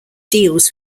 deals